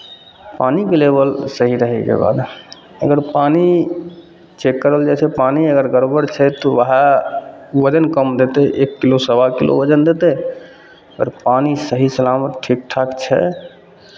पानिके लेवल सही रहैके बाद अगर पानि चेक करल जाइ छै पानि अगर गड़बड़ छै तऽ उएह वजन कम देतै एक किलो सवा किलो वजन देतै आओर पानि सही सलामत ठीक ठाक छै